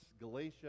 Galatia